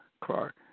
Clark